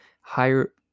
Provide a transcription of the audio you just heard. higher